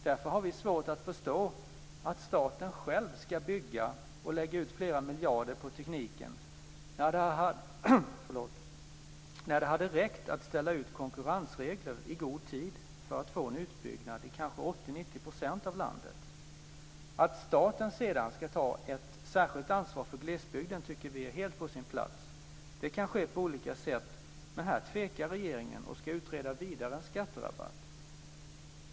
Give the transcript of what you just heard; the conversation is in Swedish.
Därför har vi svårt att förstå att staten själv ska bygga och lägga ut flera miljarder på tekniken, när det hade räckt att ställa ut konkurrensregler i god tid för att få en utbyggnad i kanske 80 Att staten sedan ska ta ett särskilt ansvar för glesbygden tycker vi är helt på sin plats. Det kan ske på olika sätt, men här tvekar regeringen och ska vidare utreda en skatterabatt.